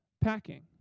packing